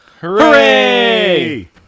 hooray